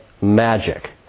magic